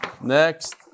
Next